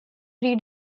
pre